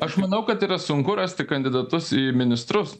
aš manau kad yra sunku rasti kandidatus į ministrus